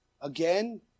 Again